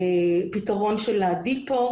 פתרון של ה-דיפו.